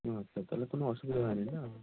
ও আচ্ছা তাহলে কোনো অসুবিধা হয়নি না